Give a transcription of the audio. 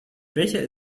becher